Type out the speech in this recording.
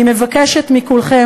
אני מבקשת מכולכם,